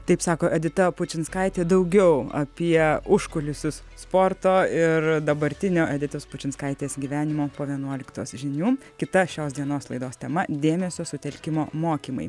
taip sako edita pučinskaitė daugiau apie užkulisius sporto ir dabartinio editos pučinskaitės gyvenimo po vienuoliktos žinių kita šios dienos laidos tema dėmesio sutelkimo mokymai